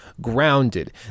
grounded